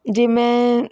ਜੇ ਮੈਂ